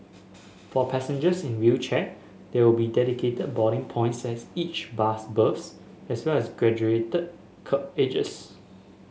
for passengers in wheelchair there will be dedicated boarding points at each bus berth as well as graduated kerb edges